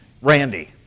randy